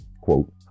quote